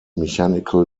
mechanical